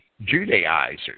Judaizers